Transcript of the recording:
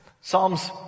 Psalms